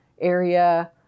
area